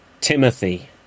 timothy